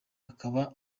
akaba